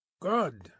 Good